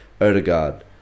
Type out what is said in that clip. Odegaard